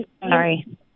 sorry